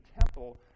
temple